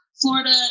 Florida